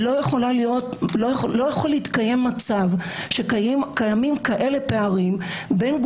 יכול להיות שיש פתרון.